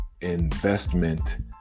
investment